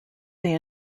they